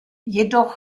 jedoch